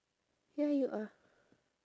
ya you are